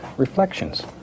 reflections